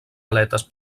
aletes